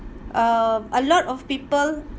uh a lot of people